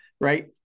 right